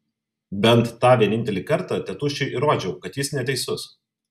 bent tą vienintelį kartą tėtušiui įrodžiau kad jis neteisus